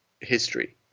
history